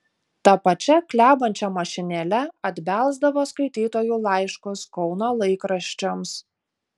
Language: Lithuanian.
ta pačia klebančia mašinėle atbelsdavo skaitytojų laiškus kauno laikraščiams